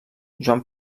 joan